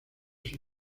sus